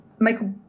Michael